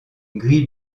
gris